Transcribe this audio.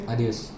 Adios